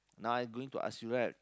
now I going to ask you right